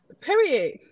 Period